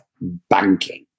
banking